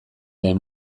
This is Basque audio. lehen